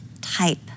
type